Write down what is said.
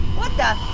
what the? ah,